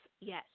yes